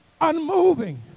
unmoving